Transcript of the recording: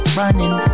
running